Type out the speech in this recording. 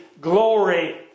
glory